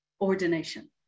ordination